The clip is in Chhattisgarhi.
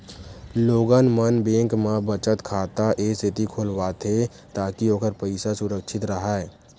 लोगन मन बेंक म बचत खाता ए सेती खोलवाथे ताकि ओखर पइसा सुरक्छित राहय